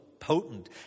potent